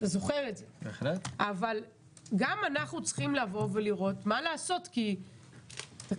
אבל גם אנחנו צריכים לראות מה לעשות כי תקשיבו,